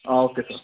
ആ okay sir